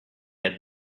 had